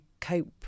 cope